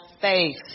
faith